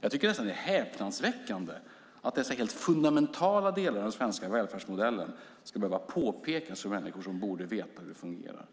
Jag tycker nästan att det är häpnadsväckande att dessa helt fundamentala delar av den svenska välfärdsmodellen ska behöva påpekas för människor som borde veta hur det fungerar.